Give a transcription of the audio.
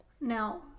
now